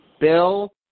Bill